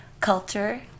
Culture